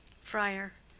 friar.